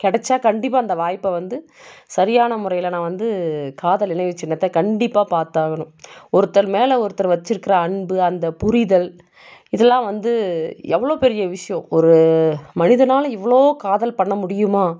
கிடைச்சா கண்டிப்பாக அந்த வாய்ப்பை வந்து சரியான முறையில் நான் வந்து காதல் நினைவுச் சின்னத்தை கண்டிப்பாக பார்த்தாகணும் ஒருத்தர் மேல் ஒருத்தர் வச்சுருக்குற அன்பு அந்த புரிதல் இதெல்லாம் வந்து எவ்வளோ பெரிய விஷயம் ஒரு மனிதனால் இவ்வளோ காதல் பண்ண முடியுமா